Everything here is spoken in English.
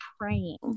praying